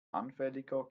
anfälliger